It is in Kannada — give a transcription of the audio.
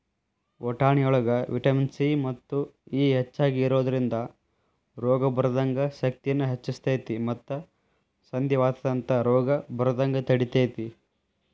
ವಟಾಣಿಯೊಳಗ ವಿಟಮಿನ್ ಸಿ ಮತ್ತು ಇ ಹೆಚ್ಚಾಗಿ ಇರೋದ್ರಿಂದ ರೋಗ ಬರದಂಗ ಶಕ್ತಿನ ಹೆಚ್ಚಸ್ತೇತಿ ಮತ್ತ ಸಂಧಿವಾತದಂತ ರೋಗ ಬರದಂಗ ತಡಿತೇತಿ